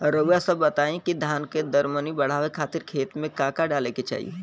रउआ सभ बताई कि धान के दर मनी बड़ावे खातिर खेत में का का डाले के चाही?